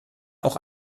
auch